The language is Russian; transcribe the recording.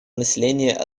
населения